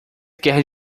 quer